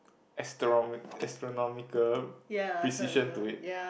astro~ astronomical precision to it